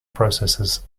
processes